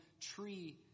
tree